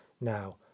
Now